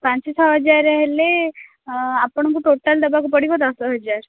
ପାଞ୍ଚ ଛଅ ହଜାର ହେଲେ ଆପଣଙ୍କୁ ଟୋଟାଲ୍ ଦେବାକୁ ପଡ଼ିବ ଦଶ ହଜାର